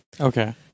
Okay